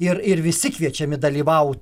ir ir visi kviečiami dalyvaut